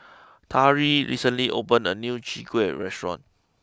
Tari recently opened a new Chwee Kueh restaurant